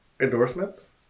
endorsements